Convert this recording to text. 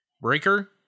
breaker